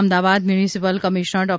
Ahmedabad municipal commissioner Dr